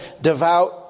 devout